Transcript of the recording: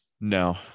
No